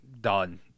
done